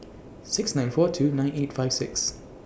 six nine four two nine eight five six